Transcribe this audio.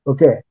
Okay